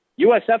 USF